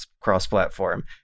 cross-platform